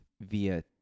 via